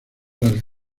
las